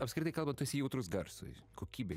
apskritai kalbant tu esi jautrus garsui kokybei